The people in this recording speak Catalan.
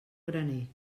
graner